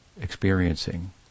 experiencing